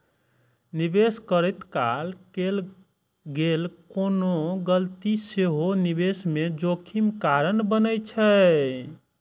निवेश करैत काल कैल गेल कोनो गलती सेहो निवेश मे जोखिम कारण बनै छै